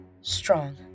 strong